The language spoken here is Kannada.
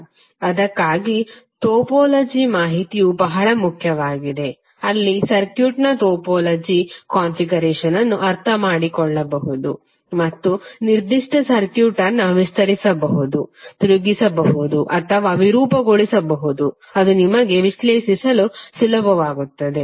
ಅದಕ್ಕಾಗಿಯೇ ಟೋಪೋಲಜಿ ಮಾಹಿತಿಯು ಬಹಳ ಮುಖ್ಯವಾಗಿದೆ ಅಲ್ಲಿ ಸರ್ಕ್ಯೂಟ್ನ ಟೋಪೋಲಜಿ ಕಾನ್ಫಿಗರೇಶನ್ ಅನ್ನು ಅರ್ಥಮಾಡಿಕೊಳ್ಳಬಹುದು ಮತ್ತು ನಿರ್ದಿಷ್ಟ ಸರ್ಕ್ಯೂಟ್ ಅನ್ನು ವಿಸ್ತರಿಸಬಹುದು ತಿರುಗಿಸಬಹುದು ಅಥವಾ ವಿರೂಪಗೊಳಿಸಬಹುದು ಅದು ನಿಮಗೆ ವಿಶ್ಲೇಷಿಸಲು ಸುಲಭವಾಗುತ್ತದೆ